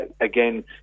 again